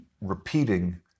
repeating